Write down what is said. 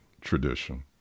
tradition